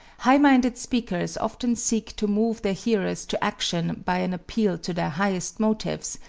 high-minded speakers often seek to move their hearers to action by an appeal to their highest motives,